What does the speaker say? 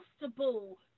adjustable